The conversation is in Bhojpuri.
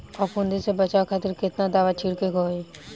फाफूंदी से बचाव खातिर केतना दावा छीड़के के होई?